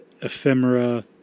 ephemera